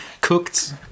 cooked